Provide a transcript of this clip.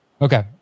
Okay